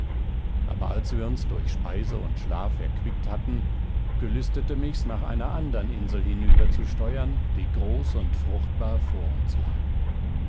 aber als wir uns durch speise und schlaf erquickt hatten gelüstete mich's nach einer andern insel hinüber zu steuern die groß und fruchtbar vor uns lag